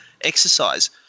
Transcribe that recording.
exercise